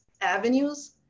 avenues